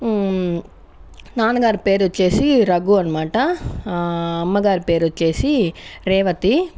నాన్నగారి పేరొచ్చేసి రఘు అన్నమాట అమ్మగారి పేరొచ్చేసి రేవతి